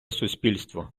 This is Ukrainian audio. суспільство